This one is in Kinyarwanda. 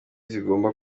zigomba